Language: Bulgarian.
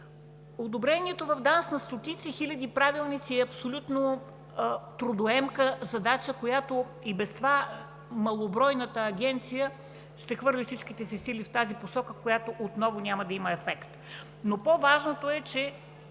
сигурност“ на стотици хиляди правилници е абсолютно трудоемка задача, която и без това малобройната агенция ще хвърли всичките си сили в тази посока, която отново няма да има ефект. Но по-важното е, че